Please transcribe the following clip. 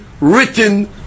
written